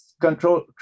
control